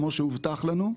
כמו שהובטח לנו,